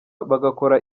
bagakora